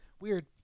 Weird